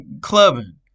clubbing